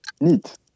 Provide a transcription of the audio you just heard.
Neat